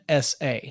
SA